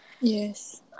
Yes